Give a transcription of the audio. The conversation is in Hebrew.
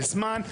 בזמן.